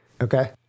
Okay